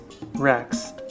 Rex